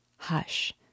Hush